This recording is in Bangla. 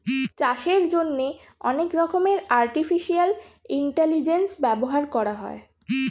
চাষের জন্যে অনেক রকমের আর্টিফিশিয়াল ইন্টেলিজেন্স ব্যবহার করা হয়